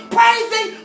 Praising